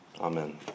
amen